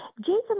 Jason